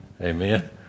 Amen